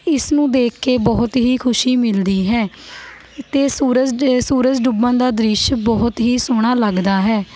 ਇਸ ਨੂੰ ਦੇਖ ਕੇ ਬਹੁਤ ਹੀ ਖੁਸ਼ੀ ਮਿਲਦੀ ਹੈ ਅਤੇ ਸੂਰਜ ਸੂਰਜ ਡੁੱਬਣ ਦਾ ਦ੍ਰਿਸ਼ ਬਹੁਤ ਹੀ ਸੋਹਣਾ ਲੱਗਦਾ ਹੈ